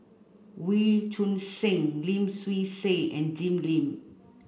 Wee Choon Seng Lim Swee Say and Jim Lim